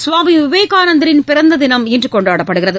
சுவாமி விவேகானந்தரின் பிறந்த தினம் இன்று கொண்டாடப்படுகிறது